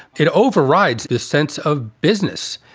it overrides his sense of business.